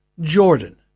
Jordan